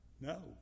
No